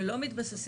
זה לא חקלאות או